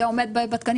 זה עומד בתקנים